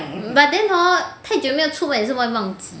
but then hor 太久没有出门也是会忘记